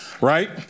right